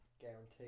Guarantee